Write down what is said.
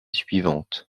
suivante